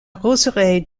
roseraie